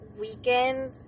weekend